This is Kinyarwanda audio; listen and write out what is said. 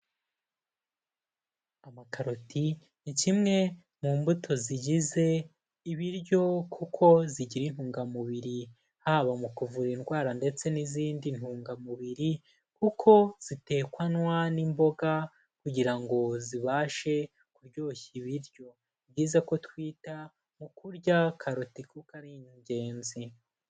Amakaroti ni kimwe mu mbuto zigize ibiryo kuko zigira intungamubiri, haba mu kuvura indwara ndetse n'izindi ntungamubiri kuko zitekwanwa n'imboga kugira ngo zibashe kuryoshya ibiryo, ni byiza ko twita mu kurya karoti kuko ari ingenzi.